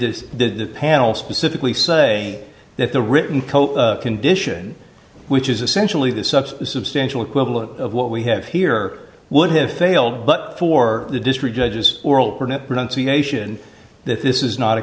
did the panel specifically say that the written condition which is essentially the such a substantial equivalent of what we have here would have failed but for the district judges are not pronunciation that this is not a